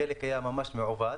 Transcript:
חלק היה ממש מעוות.